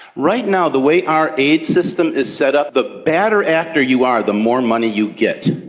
right now, the way our aid system is set up, the badder actor you are, the more money you get.